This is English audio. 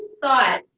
thought